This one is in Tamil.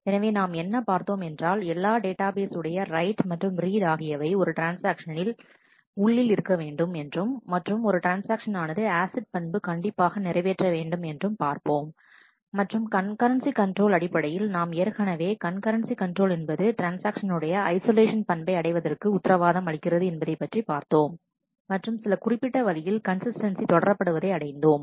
எனவே நாம் என்ன பார்த்தோம் என்றால் எல்லா டேட்டா பேஸ் உடைய ரைட் மற்றும் ரீட் ஆகியவை ஒரு ட்ரான்ஸ்ஆக்ஷன் உள்ளில் இருக்கவேண்டும் என்றும் மற்றும் ஒரு ட்ரான்ஸ்ஆக்ஷன் ஆனது ஆசிட் பண்பு கண்டிப்பாக நிறைவேற்ற வேண்டும் என்றும் பார்ப்போம் மற்றும் கண்காட்சி கண்ட்ரோல் அடிப்படையில் நாம் ஏற்கனவே கண் கரன்சி கண்ட்ரோல் என்பது ட்ரான்ஸ்ஆக்ஷனுடைய ஐசொலேஷன் பண்பை அடைவதற்கு உத்திரவாதம் அளிக்கிறது என்பது பற்றி பார்த்தோம் மற்றும் சில குறிப்பிட்ட வழியில் கன்சிஸ்டன்ஸி தொடரபடுவதை அடைந்தோம்